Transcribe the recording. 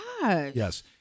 Yes